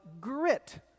grit